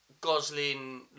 Gosling